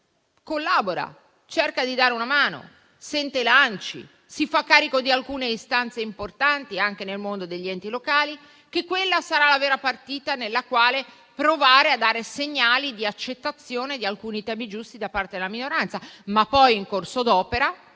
collabora, cerca di dare una mano, sente l'ANCI, si fa carico di alcune istanze importanti anche nel mondo degli enti locali - che quella sarà la vera partita nella quale provare a dare segnali di accettazione di alcuni temi giusti. Poi però, in corso d'opera,